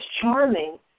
Charming